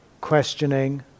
questioning